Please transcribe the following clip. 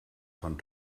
von